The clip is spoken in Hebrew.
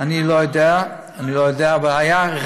אני לא יודע, אבל היה,